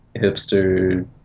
hipster